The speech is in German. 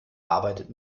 arbeitet